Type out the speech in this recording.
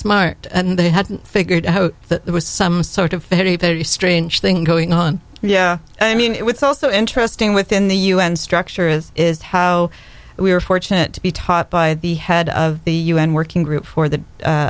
smart and they had figured out that there was some sort of very very strange thing going on yeah i mean it was also interesting within the u n structure is is how we were fortunate to be taught by the head of the u n working group for the